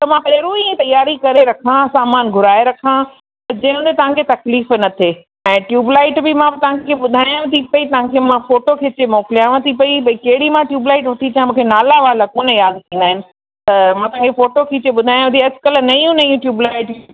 त मां पहिरां ई तयारी करे रखां सामान घुराए रखां जंहिं में तव्हांखे तकलीफ़ न थिए ऐं ट्यूब्लाइट बि मां तव्हांखे ॿुधायांव थी पेई तव्हांखे मां फ़ोटो खीचे मोकिलियांव थी पेई भई कहिड़ी मां ट्यूब्लाइट वठी अचां मूंखे नाला वाला कोन यादि थींदा आहिनि त मां तव्हांखे फ़ोटो खीचे ॿुधायांव थी अॼुकल्ह नयूं नयूं ट्यूब्लाइट